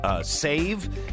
save